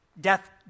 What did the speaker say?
Death